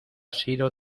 sido